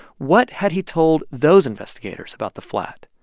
what had he told those investigators about the flat?